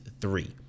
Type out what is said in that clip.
three